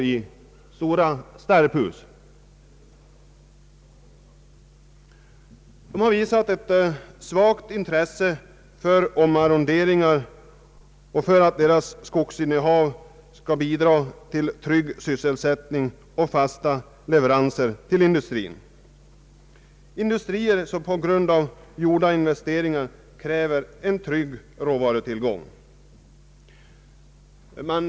Dessa skogsägare har visat ett svagt intresse för omarronderingar och för att deras skogsinnehav skall bidra till trygg sysselsättning och fasta leveranser till industrierna. På grund av gjorda investeringar kräver industrierna en trygg råvarutillgång.